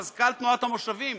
מזכ"ל תנועת המושבים,